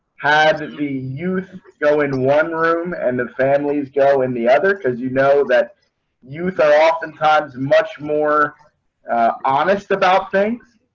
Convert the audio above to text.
has is the youth go in one room and the families go in the other, because you know that youth are oftentimes much more honest about things.